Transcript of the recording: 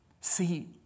See